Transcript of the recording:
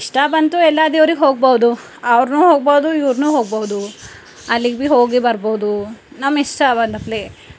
ಇಷ್ಟ ಬಂತು ಎಲ್ಲ ದೇವ್ರಿಗೆ ಹೋಗ್ಬೌದು ಅವ್ರು ಹೋಗ್ಬೋದು ಇವ್ರು ಹೋಗಬಹುದು ಅಲ್ಲಿಗೆ ಬಿ ಹೋಗಿ ಬರ್ಬೌದು ನಮ್ಮಿಷ್ಟ ಅವಲಪ್ಲೇ